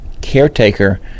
caretaker